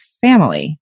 family